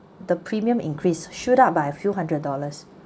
the premium increase shoot up by a few hundred dollars